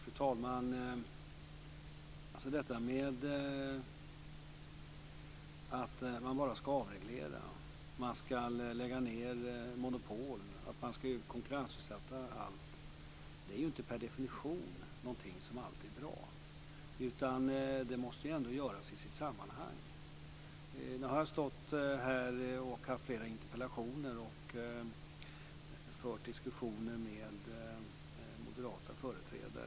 Fru talman! Att avreglera, lägga ned monopol och konkurrensutsätta allt är inte per definition något som alltid är bra. Det måste ändå göras i sitt sammanhang. Nu har jag stått här i kammaren och haft flera interpellationsdebatter och fört diskussioner med moderata företrädare.